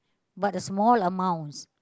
but a small amounts